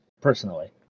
personally